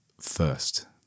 first